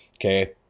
Okay